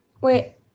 Wait